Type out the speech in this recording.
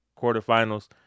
Quarterfinals